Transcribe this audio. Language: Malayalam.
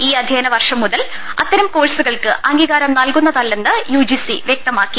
ഈ അധ്യയന വർഷം മുതൽ അത്തരം കോഴ്സുകൾക്ക് അംഗീകാരം നൽകു ന്നതല്ലെന്ന് യുജിസി വൃക്തമാക്കി